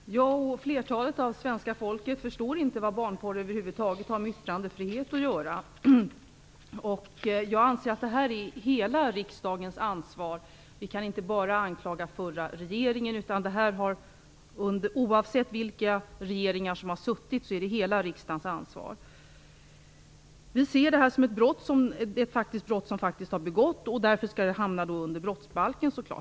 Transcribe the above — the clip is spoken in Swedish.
Fru talman! Jag och flertalet av svenskarna förstår inte vad barnpornografi över huvud taget har med yttrandefrihet att göra. Jag anser att det här är hela riksdagens ansvar. Vi kan inte bara anklaga förra regeringen. Oavsett vilka regeringar som sitter är det här som sagt hela riksdagens ansvar. Det är faktiskt fråga om ett brott som har begåtts. Därför skall det naturligtvis hamna under brottsbalken.